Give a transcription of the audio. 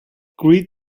greet